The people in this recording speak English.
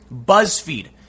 Buzzfeed